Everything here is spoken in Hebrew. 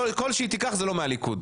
כל קול שהיא תיקח, זה לא מהליכוד.